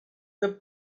the